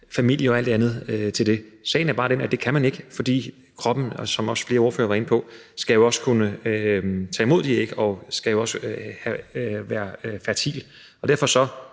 familien og alt det andet til det. Sagen er bare den, at det kan man ikke, fordi kroppen – som flere ordførere også var inde på – jo også skal kunne tage imod de æg og også skal være fertil. Og derfor